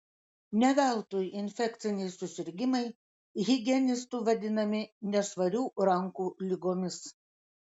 ne veltui infekciniai susirgimai higienistų vadinami nešvarių rankų ligomis